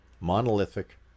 monolithic